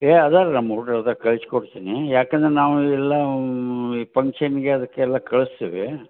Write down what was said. ಏ ಅದರ ನಮ್ಮ ಹುಡ್ಗ್ರ್ ಅದ ಕಳ್ಸಿ ಕೊಡ್ತೀನಿ ಯಾಕಂದ್ರೆ ನಾವು ಎಲ್ಲ ಈ ಫಂಕ್ಷನ್ಗೆ ಅದಕ್ಕೆಲ್ಲ ಕಳಿಸ್ತೀವಿ